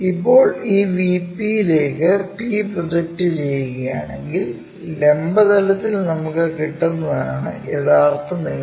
ഇപ്പോൾ ഈ VP യിലേക്ക് p പ്രൊജക്റ്റ് ചെയ്യുകയാണെങ്കിൽ ലംബ തലത്തിൽ നമുക്ക് കിട്ടുന്നതാണ് യഥാർത്ഥ നീളം